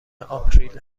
آپریل